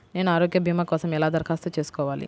నేను ఆరోగ్య భీమా కోసం ఎలా దరఖాస్తు చేసుకోవాలి?